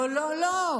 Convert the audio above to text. לא לא לא.